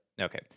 Okay